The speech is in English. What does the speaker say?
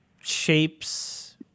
shapes